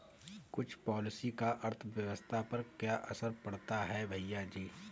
कर पॉलिसी का अर्थव्यवस्था पर क्या असर पड़ता है, भैयाजी?